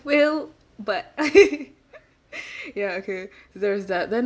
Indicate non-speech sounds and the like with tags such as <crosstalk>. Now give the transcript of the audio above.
will but <laughs> ya okay so there's that then